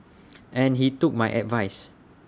and he took my advice